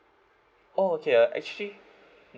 oh okay uh actually